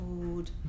food